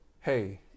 hey